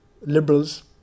liberals